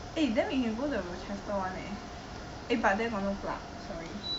eh then we can go the rochester [one] eh eh but then hor no plug sorry